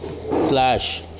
slash